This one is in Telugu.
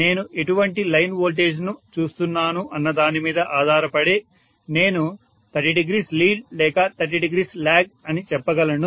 నేను ఎటువంటి లైన్ వోల్టేజ్ ను చూస్తున్నాను అన్న దాని మీద ఆధారపడి నేను 300 లీడ్ లేక 300 లాగ్ అని చెప్పగలను